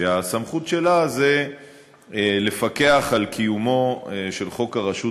שהסמכות שלה היא לפקח על קיומו של חוק הרשות